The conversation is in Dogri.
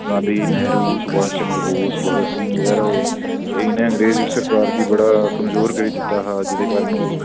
गांधी नेहरू सुभाषचद्र बोस भगत सिंह बगैरा होए ते इ'नें अंग्रेज़ सरकार गी बड़ा कमज़ोर करी दित्ता हा जेह्दे कारण ओह्